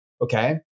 Okay